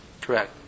Correct